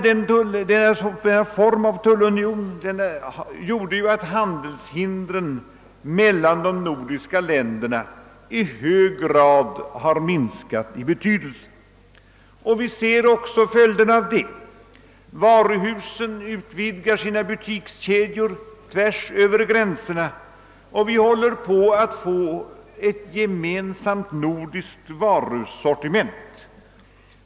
Denna form av tullunion har gjort att handelshindren mellan de nordiska länderna har minskat i betydelse. Vi ser också följderna av det. Varuhusen utvidgar sina butikskedjor tvärs över gränserna, och vi håller på att få ett gemensamt nordiskt varusortiment.